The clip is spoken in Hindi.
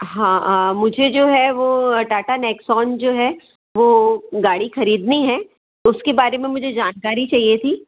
हाँ मुझे जो है वो टाटा नेक्सॉन जो है वो गाड़ी ख़रीदनी है उसके बारे में मुझे जानकारी चाहिए थी